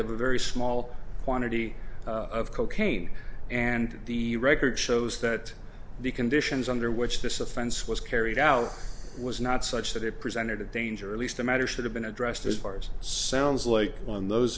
of a very small quantity of cocaine and the record shows that the conditions under which this offense was carried out was not such that it presented a danger at least the matter should have been addressed as ours sounds like on those